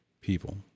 people